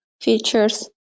features